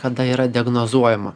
kada yra diagnozuojama